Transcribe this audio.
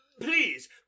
Please